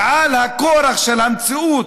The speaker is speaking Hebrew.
ומהכורח של המציאות,